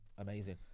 amazing